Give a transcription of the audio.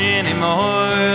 anymore